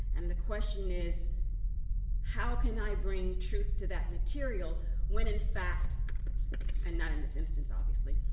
and the question is how can i bring truth to that material when in fact and not in this instance, obviously,